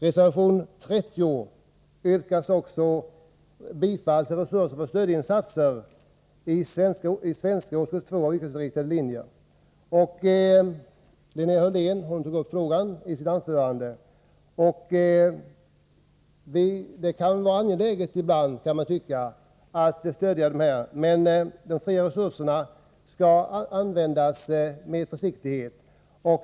Reservation 30 handlar om resurser för stödinsatser i svenska i årskurs 2 av de yrkesinriktade linjerna. Linnea Hörlén tog upp denna fråga i sitt anförande. Det kan ibland vara angeläget med sådana stödinsatser, men de fria resurserna skall användas med försiktighet.